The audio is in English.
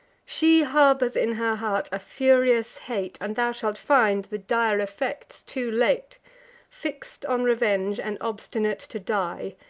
she harbors in her heart a furious hate, and thou shalt find the dire effects too late fix'd on revenge, and obstinate to die.